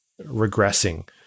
regressing